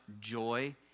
joy